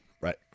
Right